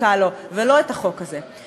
זקוקה לו, ולא לחוק הזה.